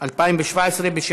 אין מתנגדים ואין נמנעים.